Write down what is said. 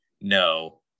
no